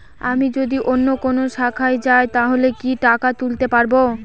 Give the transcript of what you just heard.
আমি যদি অন্য কোনো শাখায় যাই তাহলে কি টাকা তুলতে পারব?